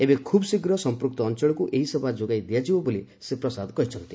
ଏବେ ଖୁବ୍ ଶୀଘ୍ର ସମ୍ପୃକ୍ତ ଅଞ୍ଚଳକୁ ଏହି ସେବା ଯୋଗାଇ ଦିଆଯିବ ବୋଲି ଶ୍ରୀ ପ୍ରସାଦ କହିଛନ୍ତି